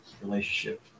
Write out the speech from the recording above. relationship